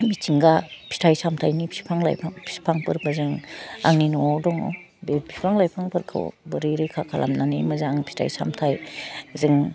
मिथिंगा फिथाइ सामथाइनि फिफां लाइफां फिफांफोरखौ जों आंनि न'वाव दङ बे फिफां लाइफांफोरखौ बोरै रैखा खालामनानै मोजां फिथाइ सामथाइ जों